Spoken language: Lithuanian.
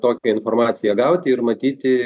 tokią informaciją gauti ir matyti